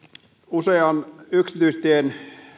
usean yksityistien